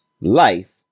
life